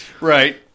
Right